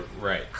Right